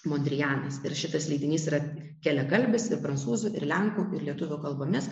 modrijanas ir šitas leidinys yra keliakalbis ir prancūzų ir lenkų ir lietuvių kalbomis